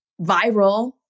viral